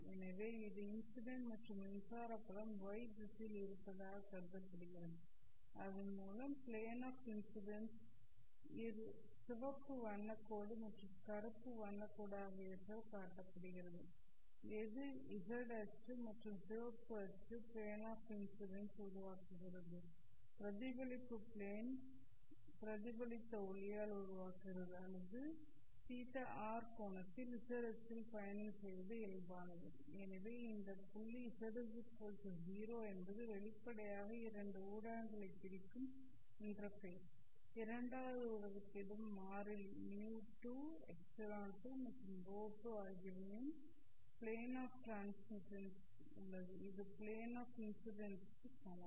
எனவே இது இன்சிடெண்ட் மற்றும் மின்சார புலம் y திசையில் இருப்பதாகக் கருதப்படுகிறது அதன் மூலம் பிளேன் ஆஃ இன்ஸிடென்ஸ் இது சிவப்பு வண்ணக் கோடு மற்றும் கருப்பு வண்ணக் கோடு ஆகியவற்றால் காட்டப்படுகிறது எது z அச்சு மற்றும் சிவப்பு அச்சு பிளேன் ஆஃ இன்ஸிடென்ஸ் உருவாக்குகிறது பிரதிபலிப்பு பிளேன் பிரதிபலித்த ஒளியால் உருவாகிறது அல்லது θr கோணத்தில் z அச்சில் பயணம் செய்வது இயல்பானது எனவே இந்த புள்ளி z0 என்பது வெளிப்படையாக இரண்டு ஊடகங்களை பிரிக்கும் இன்டர்பேஸ் இரண்டாவது ஊடகத்திடம் மாறிலி μ2 ε2 மற்றும் σ2 ஆகியவையும் பிளேன் ஆஃ ட்ரான்ஸ்மிட்டன்ஸ் உள்ளது இது பிளேன் ஆஃ இன்ஸிடென்ஸ் க்கு சமம்